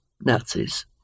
Nazis